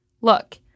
look